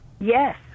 Yes